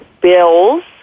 bills